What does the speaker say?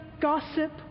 gossip